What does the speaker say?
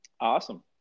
Awesome